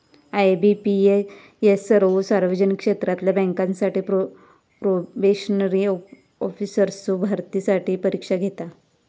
IBPS सर्वो सार्वजनिक क्षेत्रातला बँकांसाठी प्रोबेशनरी ऑफिसर्सचो भरतीसाठी परीक्षा घेता